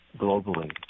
globally